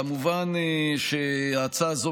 כמובן שהצעה זו